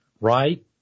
right